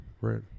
Right